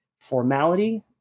formality